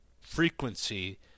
frequency